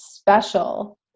special